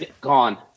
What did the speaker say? Gone